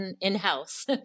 in-house